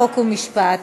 חוק ומשפט.